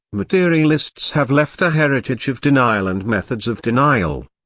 materialists have left a heritage of denial and methods of denial.